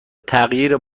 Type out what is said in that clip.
تغییر